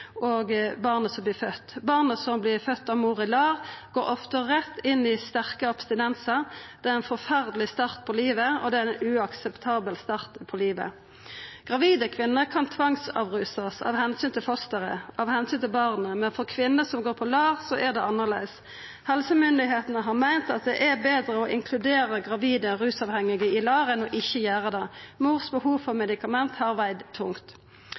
barnet som vert fødd. Barn som vert fødde av mor i LAR, går ofte rett inn i sterke abstinensar. Det er ein forferdeleg start på livet, og det er ein uakseptabel start på livet. Gravide kvinner kan tvangsavrusast av omsyn til fosteret, av omsyn til barnet, men for kvinner som går på LAR, er det annleis. Helsemyndigheitene har meint at det er betre å inkludera gravide rusavhengige i LAR enn ikkje å gjera det. Mors behov for medikament har vege tungt.